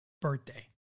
birthday